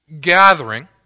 gathering